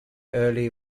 early